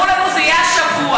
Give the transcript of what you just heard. ואמרו לנו: זה יהיה השבוע.